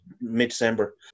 mid-December